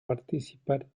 participar